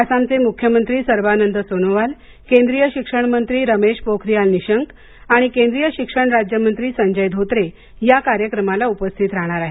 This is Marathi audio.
आसामचे मुख्यमंत्री सर्वानंद सोनोवाल केंद्रीय शिक्षण मंत्री रमेश पोख्रीयाल निशंक आणि केंद्रीय शिक्षण राज्य मंत्री संजय धोत्रे या कार्यक्रमाला उपस्थित राहणार आहेत